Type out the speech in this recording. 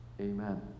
Amen